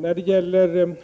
Man kan förstå